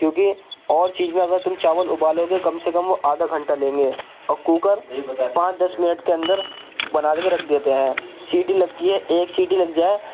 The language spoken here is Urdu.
کیوں کہ اور چیز میں اگر تم چاول ابالو گے کم سے کم وہ آدھا گھنٹہ لیں گے اور کوکر پانچ دس منٹ کے اندر بنا کے رکھ دیتے ہیں سیٹی لگتی ہے ایک سیٹی لگ جائے